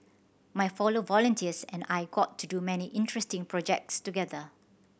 my fellow volunteers and I got to do many interesting projects together